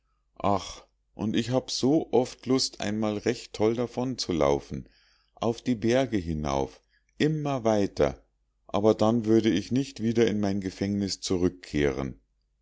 ach und ich habe so oft lust einmal recht toll davonzulaufen auf die berge hinauf immer weiter aber dann würde ich nicht wieder in mein gefängnis zurückkehren